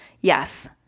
Yes